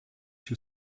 you